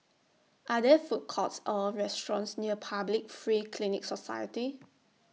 Are There Food Courts Or restaurants near Public Free Clinic Society